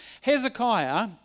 Hezekiah